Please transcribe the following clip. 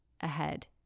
ahead